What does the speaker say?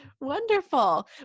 wonderful